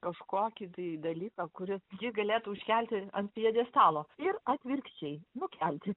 kažkokį tai dalyką kuris jį galėtų iškelti ant pjedestalo ir atvirkščiai nukelti